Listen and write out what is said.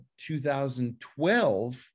2012